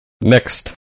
next